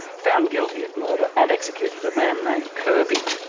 found guilty of murder and executed, a man named kirby.